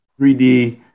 3D